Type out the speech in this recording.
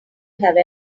have